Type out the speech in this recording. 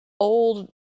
old